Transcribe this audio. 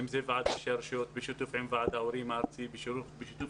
אם זה עם ועד ראשי הרשויות בשיתוף עם ועד ההורים הארצי ובשיתוף